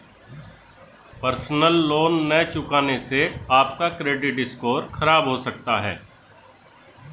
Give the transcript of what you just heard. personal loan न चुकाने से आप का क्रेडिट स्कोर खराब हो सकता है